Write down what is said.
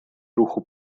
руху